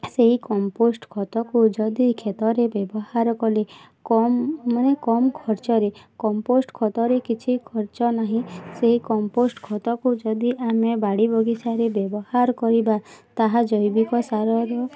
ସେହି କମ୍ପୋଷ୍ଟ୍ ଖତକୁ ଯଦି ଖେତରେ ବ୍ୟବହାର କଲେ କମ୍ ମାନେ କମ୍ ଖର୍ଚ୍ଚରେ କମ୍ପୋଷ୍ଟ୍ ଖତରେ କିଛି ଖର୍ଚ୍ଚ ନାହିଁ ସେହି କମ୍ପୋଷ୍ଟ୍ ଖତକୁ ଯଦି ଆମେ ବାଡ଼ି ବଗିଚାରେ ବ୍ୟବହାର କରିବା ତାହା ଜୈବିକ ସାରର